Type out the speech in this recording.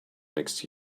next